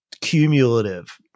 cumulative